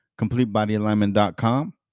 CompleteBodyAlignment.com